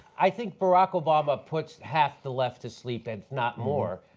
i think barack obama puts have to left asleep if not more.